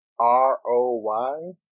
R-O-Y